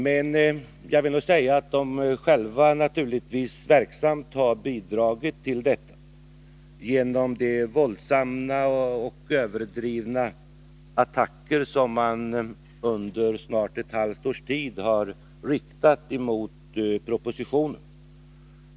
Men jag vill medel över skogssamtidigt säga att man inom skogsbruket själv verksamt har bidragit till mark detta, genom de våldsamma och överdrivna attacker som man under snart ett halvt års tid har riktat mot propositionen.